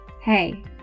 hey